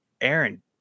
Aaron